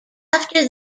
after